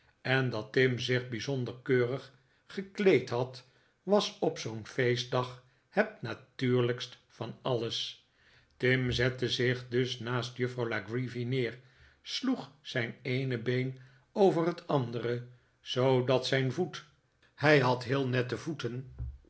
en dat tim zich bijzonder keurig gekleed had was op zoo'n feestdag het natuurlijkste van alles tim zette zich dus naast juffrouw la creevy neer sloeg zijn eene been over het andere zoodat zijn voet hij had heel nette voeten